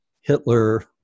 Hitler